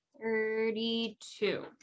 Thirty-two